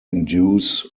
induce